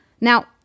Now